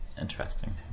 Interesting